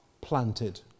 planted